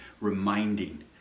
reminding